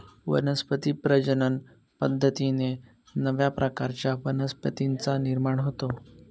वनस्पती प्रजनन पद्धतीने नव्या प्रकारच्या वनस्पतींचा निर्माण होतो